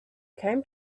came